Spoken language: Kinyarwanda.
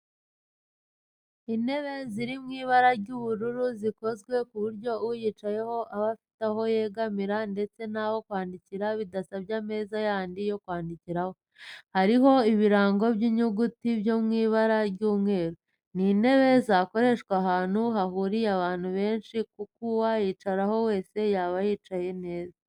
Intebe ziri mu ibara ry'ubururu zikozwe ku buryo uyicayeho aba afite aho yegamira ndetse n'aho kwandikira bidasabye ameza yandi yo kwandikiraho, hariho ibirango by'inyuguti byo mu ibara ry'umweru. Ni intebe zakoreshwa ahantu hahuriye abantu benshi kuko uwayicaraho wese yaba yicaye neza.